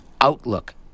Outlook